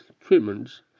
treatments